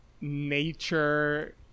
nature